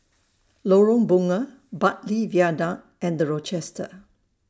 Lorong Bunga Bartley Viaduct and The Rochester